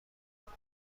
کند